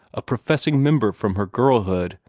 a professing member from her girlhood,